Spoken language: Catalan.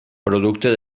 producte